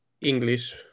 English